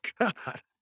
God